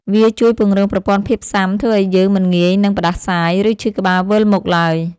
វាជួយពង្រឹងប្រព័ន្ធភាពស៊ាំ ធ្វើឱ្យយើងមិនងាយនឹងផ្ដាសាយ ឬឈឺក្បាលវិលមុខឡើយ។